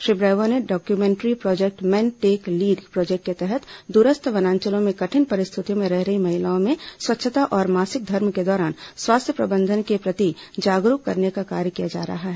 Shri Bravo के documentary project मेन take lead project के तहत दूरस्थ वनांचलों में कठिन परिस्थितियों में रह रही महिलाओं में स्वच्छता और मासिक धर्म के दौरान स्वास्थ्य प्रबंधन के प्रति जागरूक करने का कार्य किया जा रहा है